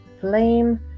flame